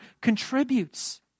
contributes